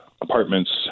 apartments